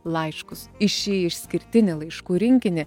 laiškus į šį išskirtinį laiškų rinkinį